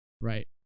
Right